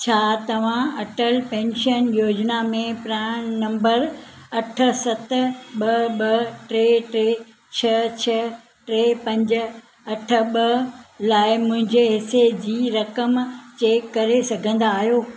छा तव्हां अटल पेंशन योजना में प्रान नंबर अठ सत ॿ ॿ टे टे छह छ्ह टे पंज अठ ॿ लाइ मुंहिंजे हिसे जी रक़म चेक करे सघंदा आहियो